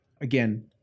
again